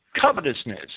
covetousness